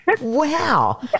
Wow